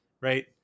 right